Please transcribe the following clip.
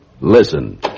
Listen